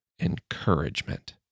encouragement